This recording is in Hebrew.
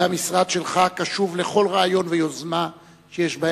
המשרד שלך קשוב לכל רעיון ויוזמה שיש,